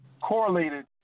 correlated